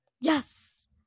Yes